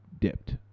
dipped